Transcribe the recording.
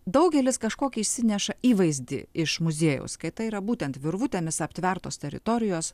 daugelis kažkokį išsineša įvaizdį iš muziejaus kai tai yra būtent virvutėmis aptvertos teritorijos